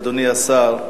אדוני השר,